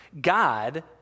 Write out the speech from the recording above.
God